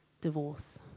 divorce